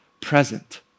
present